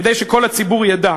כדי שכל הציבור ידע,